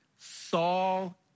Saul